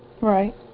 Right